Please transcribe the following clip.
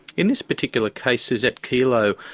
in this particular case is that kelo,